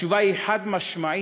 התשובה היא, חד-משמעית: